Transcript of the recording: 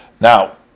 Now